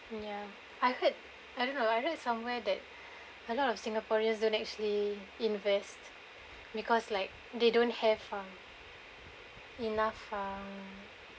ya I heard I don't know I read somewhere that a lot of singaporeans don't actually invest because like they don't have ah enough ah